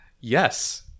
yes